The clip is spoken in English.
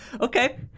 Okay